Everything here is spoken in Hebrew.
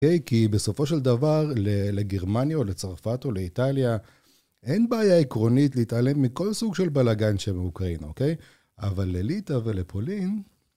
כי בסופו של דבר לגרמניה או לצרפת או לאיטליה אין בעיה עקרונית להתעלם מכל סוג של בלאגן שבאוקראינה, אוקיי? אבל לליטא ולפולין...